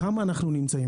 כמה אנחנו נמצאים.